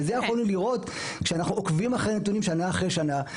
וזה יכולנו לראות כשאנחנו עוקבים אחרי נתונים שנה אחרי שנה.